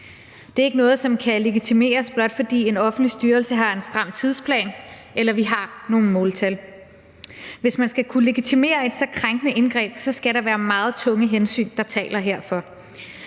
Det er ikke noget, som kan legitimeres, blot fordi en offentlig styrelse har en stram tidsplan eller vi har nogle måltal. Hvis man skal kunne legitimere et så krænkende indgreb, skal der være meget tungtvejende hensyn, der taler herfor.